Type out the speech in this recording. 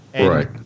Right